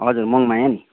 हजुर मङमाया नि